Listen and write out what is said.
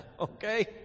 okay